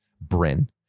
Bryn